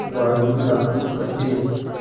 वाळवी लाकूड खाते